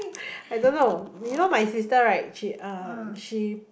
I don't know you know my sister right she uh she